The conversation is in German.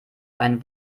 einen